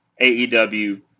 AEW